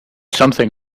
something